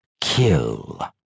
Kill